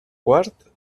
quart